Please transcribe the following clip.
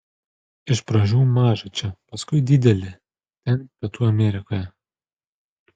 iš pradžių mažą čia paskui didelį ten pietų amerikoje